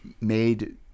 made